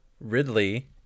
Ridley